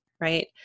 right